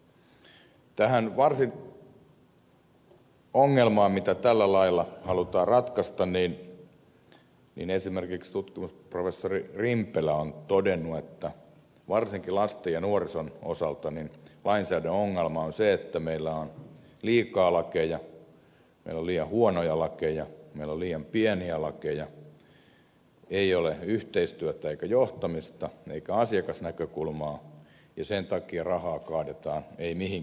tästä ongelmasta mitä tällä lailla halutaan ratkaista esimerkiksi tutkimusprofessori rimpelä on todennut että varsinkin lasten ja nuorison osalta lainsäädännön ongelma on se että meillä on liikaa lakeja meillä on liian huonoja lakeja meillä on liian pieniä lakeja ei ole yhteistyötä eikä johtamista eikä asiakasnäkökulmaa ja sen takia rahaa kaadetaan ei mihinkään